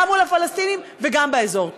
גם מול הפלסטינים וגם באזור.